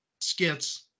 skits